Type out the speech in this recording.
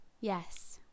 Yes